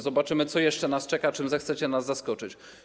Zobaczymy, co jeszcze nas czeka, czym zechcecie nas zaskoczyć.